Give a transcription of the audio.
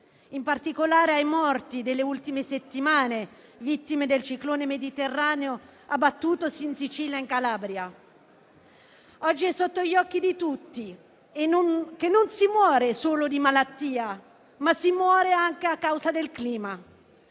in particolare, ai morti delle ultime settimane, vittime del ciclone mediterraneo abbattutosi su Sicilia e Calabria. Oggi è sotto gli occhi di tutti che non si muore solo di malattia, ma si muore anche a causa del clima.